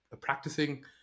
practicing